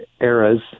eras